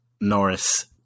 Norris